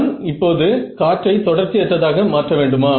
நான் இப்போது காற்றை தொடர்ச்சி அற்றதாக மாற்ற வேண்டுமா